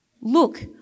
look